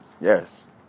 Yes